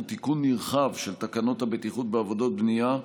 תיקון נרחב של תקנות הבטיחות בעבודות בנייה,